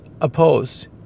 opposed